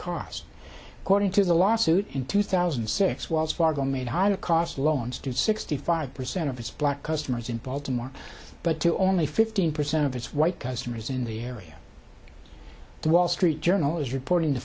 cost according to the lawsuit in two thousand and six wells fargo made holocaust loans to sixty five percent of its black customers in baltimore but to only fifteen percent of its white customers in the area the wall street journal is reporting the